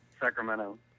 Sacramento